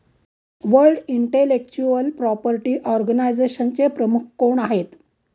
World intellectual property ऑर्गनायझेशनचे प्रमुख कोण आहेत?